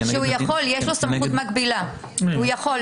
כשהוא יכול, יש לו סמכות מקבילה, הוא יכול.